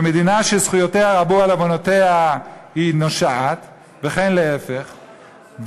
ומדינה שזכויותיה רבו על עוונותיה היא נושעת וכן להפך,